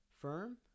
firm